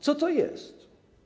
Co to jest?